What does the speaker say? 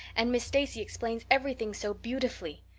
and miss stacy explains everything so beautifully.